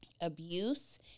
abuse